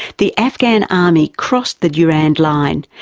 the afghan army crossed the durrand line,